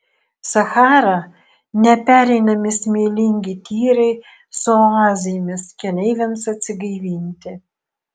sachara nepereinami smėlingi tyrai su oazėmis keleiviams atsigaivinti